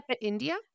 India